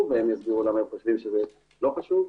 והם יסבירו למה הם חושבים שזה לא חשוב,